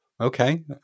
Okay